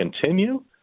continue